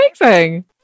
amazing